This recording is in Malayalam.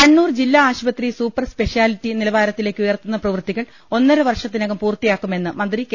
കണ്ണൂർ ജില്ലാ ആശുപത്രി സൂപ്പർ സ്പെഷ്യാലിറ്റി നിലവാരത്തിലേക്ക് ഉയർത്തുന്ന പ്രവൃത്തികൾ ഒന്നര വർഷത്തിനകം പൂർത്തിയാക്കുമെന്ന് മന്ത്രി കെ